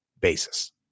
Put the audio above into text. basis